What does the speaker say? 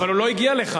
אבל הוא לא הגיע לכאן.